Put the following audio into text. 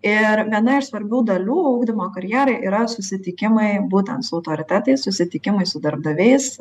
ir viena iš svarbių dalių ugdymo karjerai yra susitikimai būtent su autoritetais susitikimai su darbdaviais